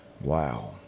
Wow